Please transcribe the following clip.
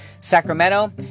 Sacramento